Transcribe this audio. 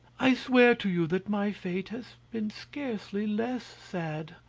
i swear to you that my fate has been scarcely less sad.